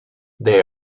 they